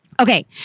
Okay